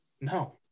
no